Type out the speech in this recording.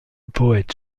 poète